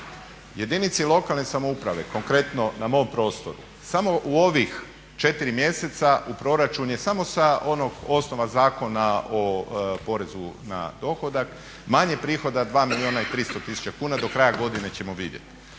jedinici lokalne samouprave konkretno na mom prostoru samo u ovih 4 mjeseca u proračun je samo sa onog osnova Zakona o porezu na dohodak manje prihoda 2 milijuna i 300 tisuća kuna. Do kraja godine ćemo vidjeti.